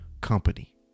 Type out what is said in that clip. company